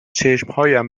چشمهایم